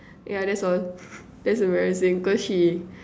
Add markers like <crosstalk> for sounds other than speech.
yeah that's all <laughs> that's embarrassing cause she